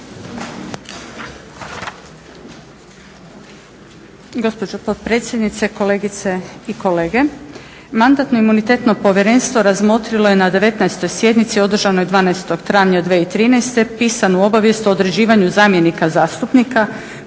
Gospođo potpredsjednice, kolegice i kolege. Mandatno-imunitetno povjerenstvo razmotrilo je na 19. Sjednici održanoj 12.tavnja 2012. Pisanu obavijest o određivanju zamjenika zastupnika